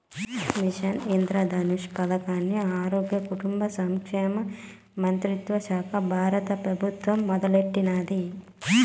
machine Indradhanush పదకాన్ని ఆరోగ్య, కుటుంబ సంక్షేమ మంత్రిత్వశాక బారత పెబుత్వం మొదలెట్టినాది